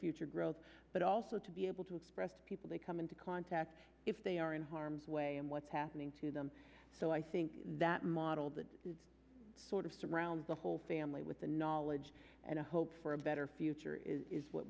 future growth but also to be able to express people they come into contact they are in harm's way and what's happening to them so i think that model that sort of surrounds the whole family with the knowledge and a hope for a better future is what